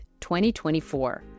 2024